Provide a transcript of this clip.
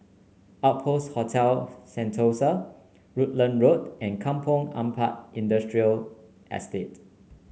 Outpost Hotel Sentosa Rutland Road and Kampong Ampat Industrial Estate